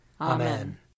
Amen